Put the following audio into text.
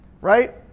right